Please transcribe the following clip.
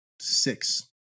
six